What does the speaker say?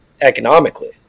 economically